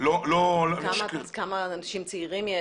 כמה אנשים צעירים?